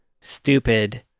stupid